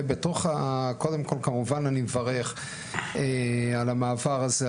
קודם כל כמובן אני מברך על המעבר הזה.